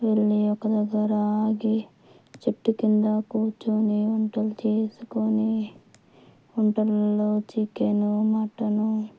వెళ్ళి ఒక దగ్గర ఆగి చెట్టు క్రింద కూర్చొని వంటలు చేసుకొని వంటల్లో చికెన్ మటన్